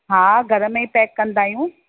हा घर में ई पैक कंदा आहियूं